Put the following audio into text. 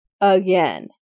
Again